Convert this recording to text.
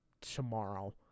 tomorrow